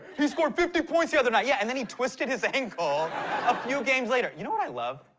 he scored fifty points the other night! yeah, and then he twisted his ankle a few games later. you know what i love?